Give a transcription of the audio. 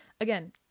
again